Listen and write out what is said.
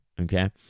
okay